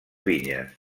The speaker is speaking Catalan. vinyes